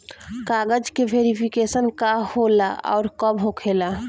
कागज के वेरिफिकेशन का हो खेला आउर कब होखेला?